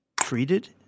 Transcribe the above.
treated